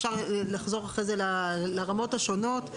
אפשר לחזור אחר כך לרמות השונות.